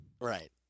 Right